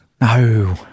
No